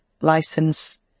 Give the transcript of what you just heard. license